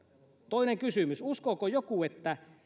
toinen kysymys uskooko joku että